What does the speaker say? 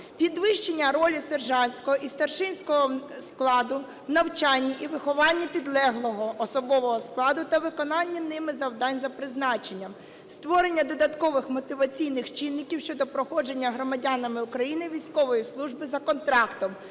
підвищення ролі сержантського і старшинського складу в навчанні і вихованні підлеглого особового складу та виконання ними завдань за призначенням, створення додаткових мотиваційних чинників щодо проходження громадянами України військової служби за контрактом,